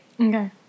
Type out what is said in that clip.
Okay